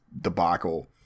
debacle